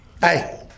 Hey